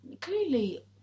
clearly